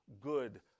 good